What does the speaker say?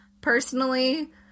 personally